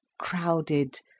crowded